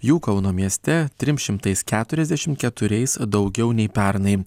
jų kauno mieste trim šimtais keturiasdešimt keturiais daugiau nei pernai